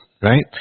right